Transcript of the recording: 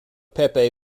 pepe